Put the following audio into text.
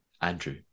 Andrew